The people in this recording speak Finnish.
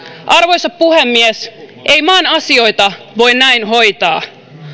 arvoisa puhemies ei maan asioita voi näin hoitaa